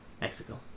Mexico